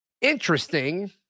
interesting